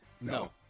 No